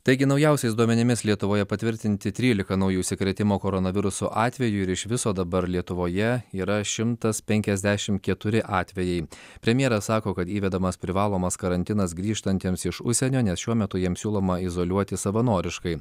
taigi naujausiais duomenimis lietuvoje patvirtinti trylika naujų užsikrėtimo koronavirusu atvejų ir iš viso dabar lietuvoje yra šimtas penkiasdešimt keturi atvejai premjeras sako kad įvedamas privalomas karantinas grįžtantiems iš užsienio nes šiuo metu jiems siūloma izoliuotis savanoriškai